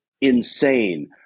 insane